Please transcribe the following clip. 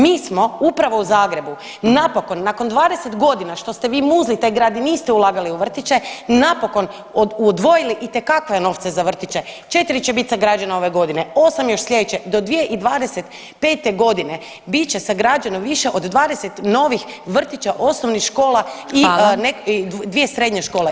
Mi smo upravo u Zagrebu napokon nakon 20 godina što ste vi muzli taj grad i niste ulagali u vrtiće napokon odvojili itekakve novce za vrtiće, 4 će biti sagrađena ove godine, 8 još slijedeće, do 2025. godine bit će sagrađeno više od 20 novih vrtića, osnovnih škola [[Upadica: Hvala.]] i 2 srednje škole.